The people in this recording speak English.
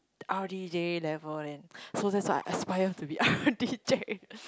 r_d_j level then so that's what I aspire to be r_d_j